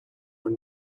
when